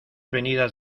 venidas